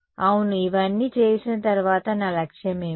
అవును ఇవన్నీ చేసిన తర్వాత నా లక్ష్యం ఏమిటి